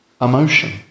emotion